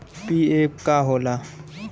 PF का होला?